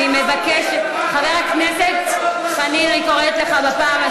חבר'ה, חברים.